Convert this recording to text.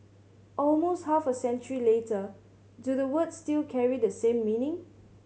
almost half a century later do the words still carry the same meaning